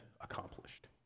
accomplished